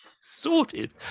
sorted